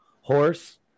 horse